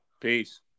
Peace